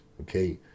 Okay